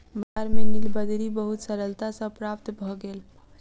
बजार में नीलबदरी बहुत सरलता सॅ प्राप्त भ गेल